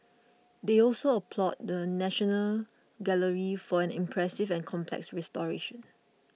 they also applauded the National Gallery for an impressive and complex restoration